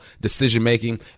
decision-making